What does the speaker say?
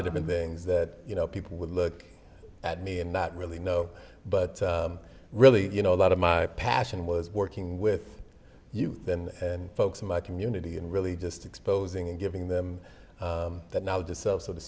of different things that you know people would look at me and not really know but really you know a lot of my passion was working with youth and folks in my community and really just exposing and giving them that now to self so to